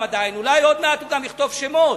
אולי עוד מעט הוא גם יכתוב שמות,